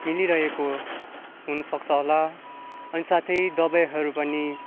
मिलिरहेको हुनसक्छ होला अनि साथै दबाईहरू पनि